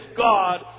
God